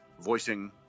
voicing